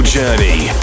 Journey